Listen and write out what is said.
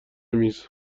میز